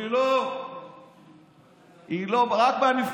אמרו לי: לא, לא, רק מהנבחרת.